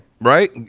right